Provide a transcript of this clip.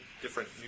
different